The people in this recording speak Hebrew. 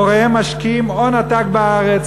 הוריהם משקיעים הון עתק בארץ,